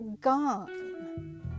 gone